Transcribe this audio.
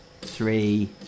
three